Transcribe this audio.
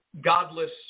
godless